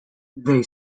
they